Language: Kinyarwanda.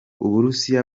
uburusiya